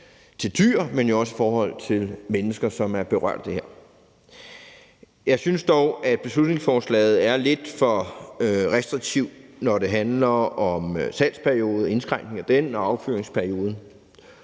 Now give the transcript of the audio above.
til dyr, men jo også i forhold til mennesker, som er berørt af det her. Jeg synes dog, at beslutningsforslaget er lidt for restriktivt, når det handler om indskrænkning af salgsperioden og affyringsperioden.